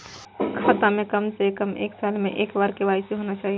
खाता में काम से कम एक साल में एक बार के.वाई.सी होना चाहि?